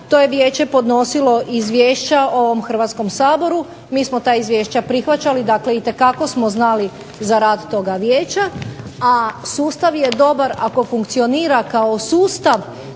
To je vijeće podnosilo izvješća ovom Hrvatskom saboru, mi smo ta izvješća prihvaćali, dakle itekako smo znali za rad toga vijeća. A sustav je dobar ako funkcionira kao sustav,